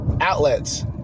outlets